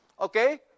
okay